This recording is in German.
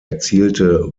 erzielte